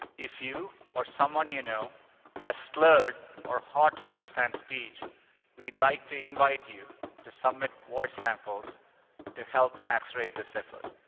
if you or someone you know has slurred or hard to understand speech we'd like to invite you to submit voice samples to help accelerate this effort.